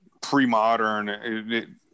pre-modern